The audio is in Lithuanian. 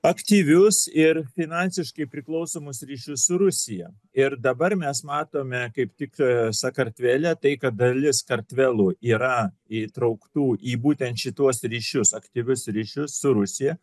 aktyvius ir finansiškai priklausomus ryšius su rusija ir dabar mes matome kaip tik sakartvele tai kad dalis kartvelų yra įtrauktų į būtent šituos ryšius aktyvius ryšius su rusija